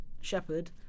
shepherd